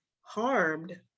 harmed